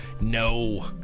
No